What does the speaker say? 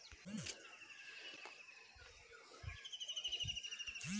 कृषि उत्पाद के व्यवसायिक रूप देबाक लेल कृषक के प्रशिक्षणक बेगरता छै